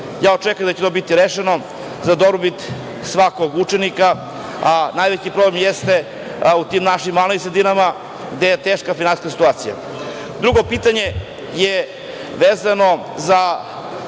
šta. Očekujem da će to biti rešeno, za dobrobit svakog učenika. A najveći problem jeste u tim našim malim sredinama, gde je teška finansijska situacija. Drugo pitanje je vezano za